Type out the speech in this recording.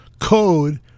code